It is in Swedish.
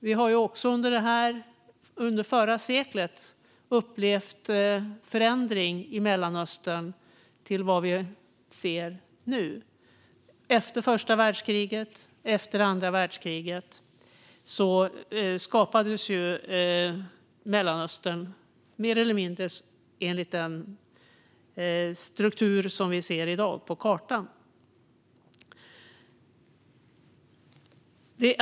Vi har också under förra seklet upplevt förändring i Mellanöstern till vad vi ser nu. Efter första världskriget och andra världskriget skapades ju Mellanöstern mer eller mindre enligt den struktur som vi ser i dag på kartan.